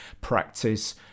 practice